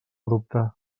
dubtar